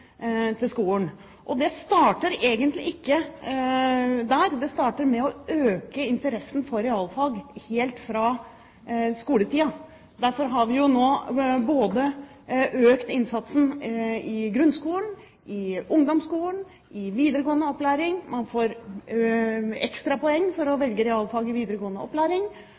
til skolen. Det starter egentlig ikke der. Det starter med å øke interessen for realfag helt fra skoletiden. Derfor har vi økt innsatsen både i grunnskolen, i ungdomsskolen og i videregående opplæring. Man får ekstra poeng for å velge realfag i videregående opplæring.